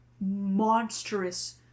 monstrous